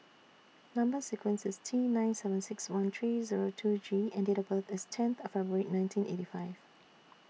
Number sequence IS T nine seven six one three Zero two G and Date of birth IS tenth February nineteen eighty five